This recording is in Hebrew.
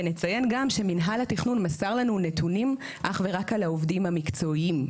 ונציין גם שמינהל התכנון מסר לנו נתונים אך ורק על העובדים המקצועיים.